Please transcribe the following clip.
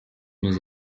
nous